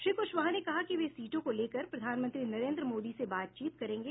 श्री कुशवाहा ने कहा कि वे सीटों को लेकर प्रधानमंत्री नरेन्द्र मोदी से बातचीत करेंगे